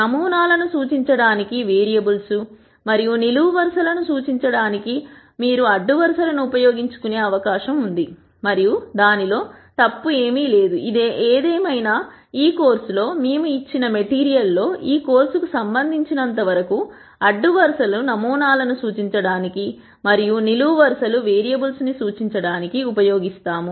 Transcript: నమూనాలను సూచించడానికి వేరియబుల్స్ మరియు నిలువు వరుసలను సూచించడానికి మీరు అడ్డు వరుసలు ఉపయోగించుకునే అవకాశం ఉంది మరియు దానిలో తప్పు ఏమీ లేదు ఏదేమైనా ఈ కోర్సులో మేము ఇచ్చిన మెటీరియల్ లో ఈ కోర్సుకు సంబంధించినంతవరకు అడ్డు వరుస లు నమూనాలను సూచించడానికి మరియు నిలువు వరుస లు వేరియబుల్స్ సూచించడానికి ఉపయోగిస్తాము